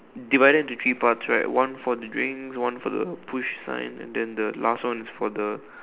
divide to the three parts right one for the drink one for the push sign and then the last one for the